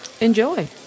enjoy